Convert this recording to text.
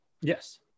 Yes